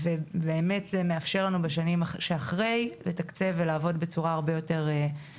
זה מאפשר לנו לתקצב את זה בשנים שאחרי ולעבוד בצורה הרבה יותר נכונה.